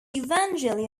eventually